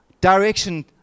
direction